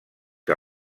que